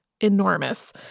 enormous